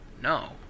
no